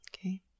Okay